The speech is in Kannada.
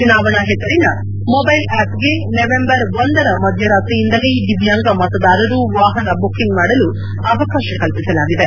ಚುನಾವಣಾ ಹೆಸರಿನ ಮೊಬೈಲ್ ಆಪ್ಗೆ ನವೆಂಬರ್ ಒಂದರ ಮಧ್ಯರಾತ್ರಿಯಿಂದಲೇ ದಿವ್ಯಾಂಗ ಮತದಾರರು ವಾಹನ ಬುಕ್ಕಿಂಗ್ ಮಾಡಲು ಅವಕಾಶ ಕಲ್ಲಿಸಲಾಗಿದೆ